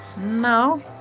No